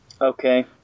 Okay